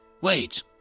Wait